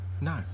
No